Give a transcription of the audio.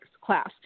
class